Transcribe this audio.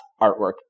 artwork